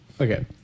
Okay